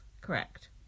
Correct